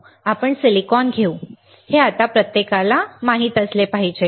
आम्ही सिलिकॉन घेऊ हे आता प्रत्येकाला माहित असले पाहिजे